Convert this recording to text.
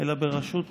אלא ברשות אחרת.